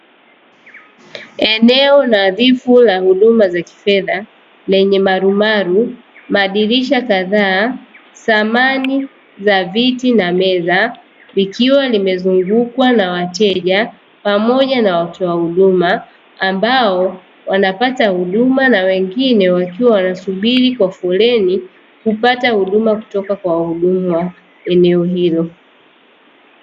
Eneo nadhifu la huduma za kifedha lenye marumaru, madirisha kadhaa, samani za viti na meza, likiwa limezungukwa na wateja pamoja na watoa huduma, ambao wanapata huduma na wengine wakiwa wanasubiri kwa foleni kupata huduma kutoka kwa wahudumu wa eneo hilo.